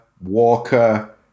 Walker